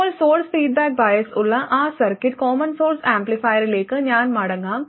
ഇപ്പോൾ source feedback bias ഉള്ള ആ സർക്യൂട്ട് കോമൺ സോഴ്സ് ആംപ്ലിഫയറിലേക്ക് ഞാൻ മടങ്ങാം